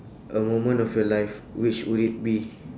a moment of your life which would it be